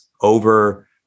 over